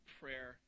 prayer